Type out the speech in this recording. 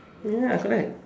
ya correct